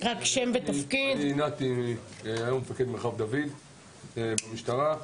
נתי גור, מפקד מרחב דוד במשטרה.